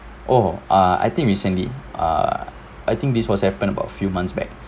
oh ah I think recently ah I think this was happened about few months back